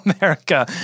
America